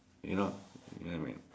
you know you know what I mean or not